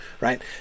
right